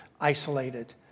isolated